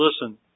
listen